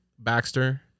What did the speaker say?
baxter